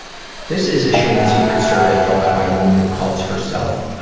this is a shame and secret survey filled out by woman who calls herself